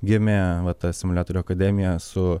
gimė va ta simuliatorių akademija su